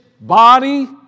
body